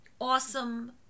awesome